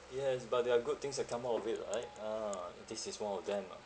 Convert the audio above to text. yes but there are good things that come out of it right a'ah this is one of them lah